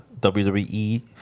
WWE